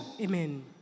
Amen